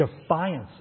defiance